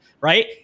right